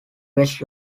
west